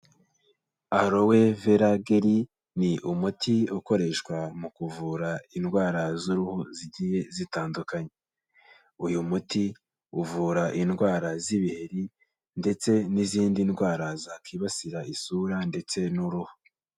Aloe Vera Gelly ni umuti ukoreshwa mu kuvura indwara z'uruhu zigiye zitandu, uyu muti uvura indwara z'ibiheri ndetse n'izindi ndwara zakibasira isura ndetse n'uruhu.